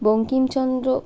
Bankimchandra